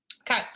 Okay